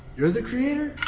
you're the creator?